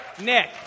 Nick